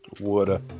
Water